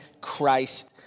Christ